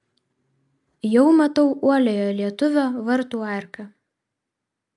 jau matau uoliojo lietuvio vartų arką